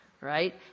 right